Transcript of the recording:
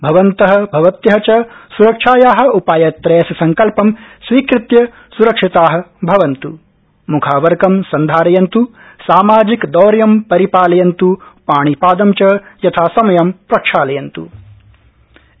भवन्त भवत्य च स्रक्षाया उपायत्रयस्य संकल्पं स्वीकृत्य स्रक्षिता भवन्त् मुखावरकं सन्धारयन्त् सामाजिकदौर्यं परिपालयन्तु पाणिपादं च यथासमयं प्रक्षालयन्त्